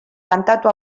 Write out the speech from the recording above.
kantatu